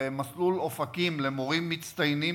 במסלול "אופקים" למורים מצטיינים,